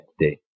today